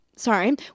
Sorry